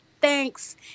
thanks